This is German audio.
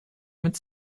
mit